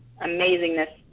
Amazingness